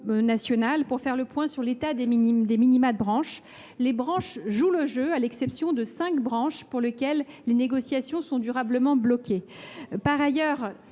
pour faire le point sur l’état des minima de branche. Les branches jouent le jeu, à l’exception de cinq d’entre elles, pour lesquelles les négociations sont durablement bloquées. Trois